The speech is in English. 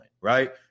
right